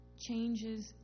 changes